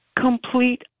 complete